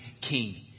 king